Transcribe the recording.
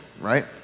right